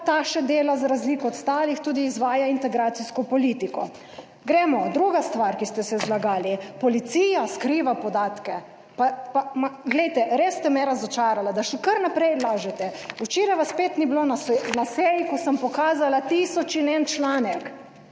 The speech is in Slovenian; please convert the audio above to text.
ta še dela za razliko od ostalih? Tudi izvaja integracijsko politiko. Gremo, druga stvar, ki ste se zlagali: "Policija skriva podatke!". Glejte, res ste me razočarala, da še kar naprej lažete. Včeraj vas spet ni bilo na seji, ko sem pokazala tisoč in en članek,